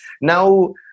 Now